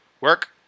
work